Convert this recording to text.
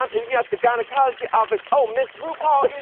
um yeah at the gynecology office. oh, miss rupaul here?